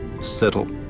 Settle